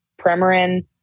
Premarin